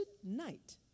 tonight